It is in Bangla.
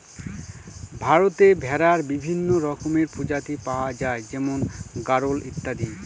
ভারতে ভেড়ার বিভিন্ন রকমের প্রজাতি পাওয়া যায় যেমন গাড়োল ইত্যাদি